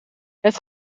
het